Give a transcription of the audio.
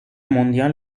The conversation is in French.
mondiale